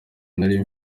nari